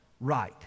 right